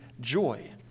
joy